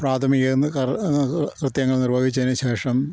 പ്രാഥമിക കൃത്യങ്ങൾ നിർവഹിച്ചതിനു ശേഷം